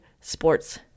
sports